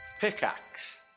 Pickaxe